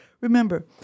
remember